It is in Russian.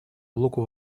блоку